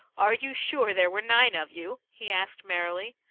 are you sure there were nine of you? he asked, merrily.